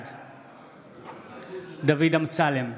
בעד דוד אמסלם,